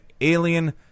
alien